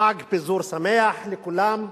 חג פיזור שמח לכולם,